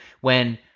when-